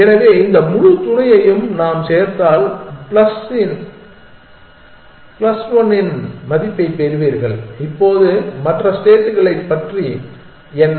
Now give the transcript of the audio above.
எனவே இந்த முழு துணையையும் நாம் சேர்த்தால் பிளஸ் 1 இன் மதிப்பைப் பெறுவீர்கள் இப்போது மற்ற ஸ்டேட்ஸ்களைப் பற்றி என்ன